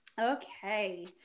okay